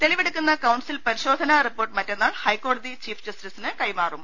തെളി വെടുക്കുന്ന കൌൺസിൽ പരിശോധനാ റിപ്പോർട്ട് മറ്റന്നാൾ ഹൈക്കോടതി ചീഫ് ജസ്റ്റിസിന് കൈമാറും